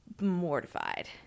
mortified